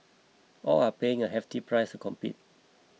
all are paying a hefty price to compete